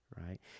right